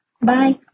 Bye